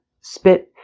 spit